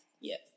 Yes